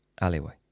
alleyway